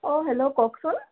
অঁ হেল্ল' কওকচোন